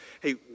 hey